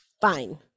Fine